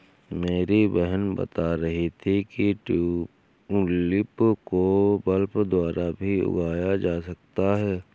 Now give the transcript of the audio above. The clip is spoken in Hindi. मेरी बहन बता रही थी कि ट्यूलिप को बल्ब द्वारा भी उगाया जा सकता है